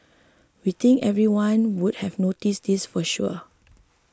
we think everyone would have noticed this for sure